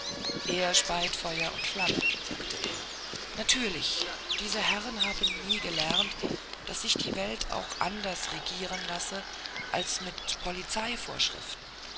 er speit feuer und flammen sagte er natürlich diese herren haben nie gelernt daß sich die welt auch anders regieren lasse als mit